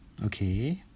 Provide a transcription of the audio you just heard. okay